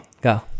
go